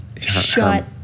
Shut